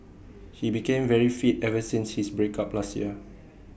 he became very fit ever since his break up last year